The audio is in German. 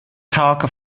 tag